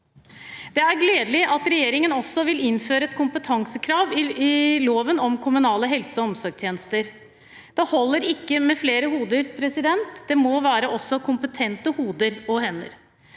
Det er gledelig at regjeringen også vil innføre et kompetansekrav i loven om kommunale helse- og omsorgstjenester. Det holder ikke med flere hoder, det må også være kompetente hoder og hender.